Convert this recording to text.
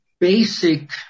basic